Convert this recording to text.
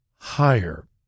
higher